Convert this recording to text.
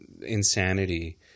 insanity